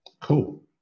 cool